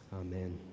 Amen